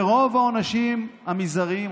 ורוב העונשים המזעריים,